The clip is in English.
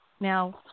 now